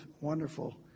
wonderful